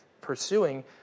pursuing